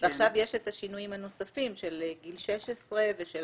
ועכשיו יש את השינויים הנוספים של גיל 16 ושל